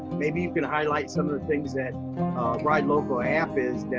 maybe you can highlight some of the things that ride local app is